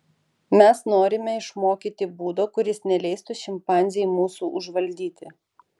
mes norime išmokyti būdo kuris neleistų šimpanzei mūsų užvaldyti